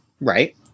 right